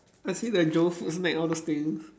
I see the Joe food snack all those things